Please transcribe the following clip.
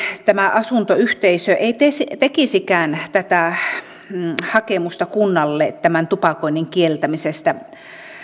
tämä asuntoyhteisö ei tekisikään tätä hakemusta kunnalle tupakoinnin kieltämisestä